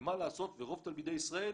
ומה לעשות ורוב תלמידי ישראל